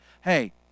Hey